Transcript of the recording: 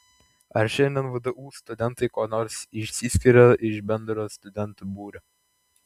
ar šiandien vdu studentai kuo nors išsiskiria iš bendro studentų būrio